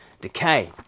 decay